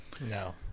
No